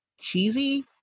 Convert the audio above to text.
cheesy